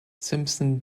simpson